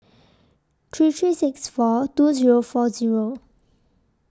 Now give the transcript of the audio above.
three three six four two Zero four Zero